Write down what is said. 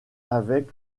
avec